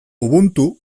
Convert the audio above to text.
ubuntu